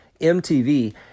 MTV